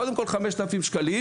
קודם כל 5,000 שקלים